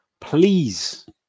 Please